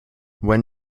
when